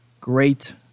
great